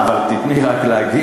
אבל תיתני לי רק להגיב.